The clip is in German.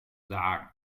sagen